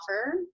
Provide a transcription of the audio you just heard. offer